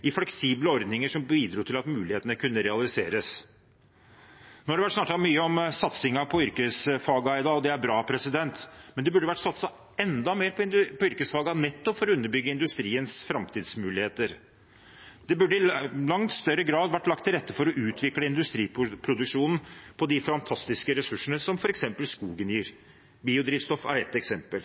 i fleksible ordninger som bidro til at mulighetene kunne realiseres. Det har vært snakket mye om satsingen på yrkesfagene i dag, og det er bra. Men det burde ha vært satset enda mer på yrkesfagene, nettopp for å underbygge industriens framtidsmuligheter. Det burde i langt større grad ha vært lagt til rette for å utvikle industriproduksjonen på de fantastiske ressursene som f.eks. skogen gir – biodrivstoff er ett eksempel.